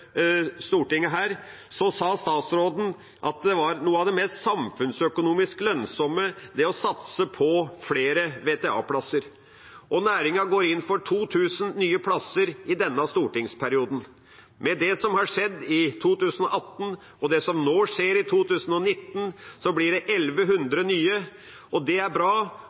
Stortinget, sa den tidligere statsråden at det å satse på flere VTA-plasser er noe av det som er mest samfunnsøkonomisk lønnsomt. Næringen går inn for 2 000 nye plasser i denne stortingsperioden. Med det som har skjedd i 2018, og det som nå vil skje i 2019, blir det 1 100 nye plasser. Det er bra, og det er